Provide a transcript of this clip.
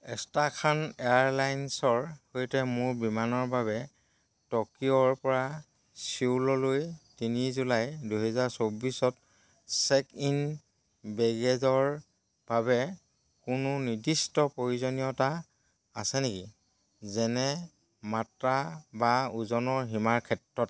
Astrakhan এয়াৰলাইনছৰ সৈতে মোৰ বিমানৰ বাবে টকিঅ'ৰ পৰা ছিউললৈ তিনি জুলাই দুই হেজাৰ চৌব্বিছত চেক ইন বেগেজৰ বাবে কোনো নিৰ্দিষ্ট প্ৰয়োজনীয়তা আছে নেকি যেনে মাত্ৰা বা ওজনৰ সীমাৰ ক্ষেত্ৰত